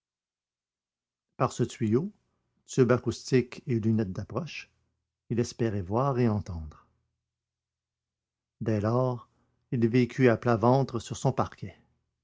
par ce tuyau tube acoustique et lunette d'approche il espérait voir et entendre dès lors il vécut à plat ventre sur son parquet